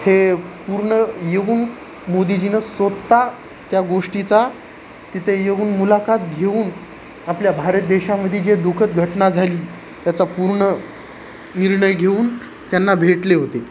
हे पूर्ण येऊन मोदीजीनं स्वत त्या गोष्टीचा तिथे येऊन मुलाखत घेऊन आपल्या भारत देशामध्ये जे दु खद घटना झाली त्याचा पूर्ण निर्णय घेऊन त्यांना भेटले होते